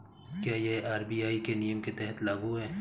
क्या यह आर.बी.आई के नियम के तहत लागू है?